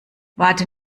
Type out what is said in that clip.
warte